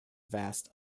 vast